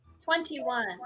Twenty-one